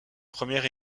première